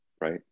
Right